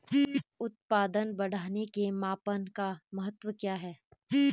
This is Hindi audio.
उत्पादन बढ़ाने के मापन का महत्व क्या है?